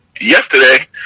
yesterday